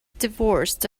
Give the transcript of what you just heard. divorced